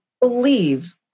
believe